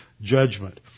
judgment